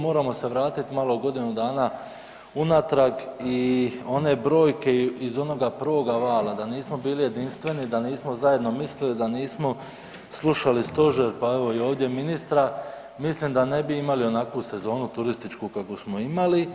Moramo se vratiti malo godinu dana unatrag i one brojke iz onoga prvoga vala, da nismo bili jedinstveni, da nismo zajedno mislili, da nismo slušali stožer pa evo ovdje i ministra, mislim da ne bi imali onakvu sezonu turističku kakvu smo imali.